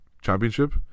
championship